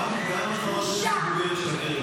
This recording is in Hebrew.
בושה.